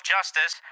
Justice